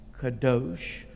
Kadosh